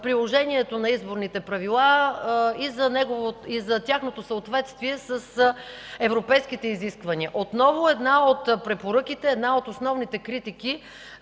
приложението на изборните правила и за тяхното съответствие с европейските изисквания. Отново една от препоръките, една от основните критики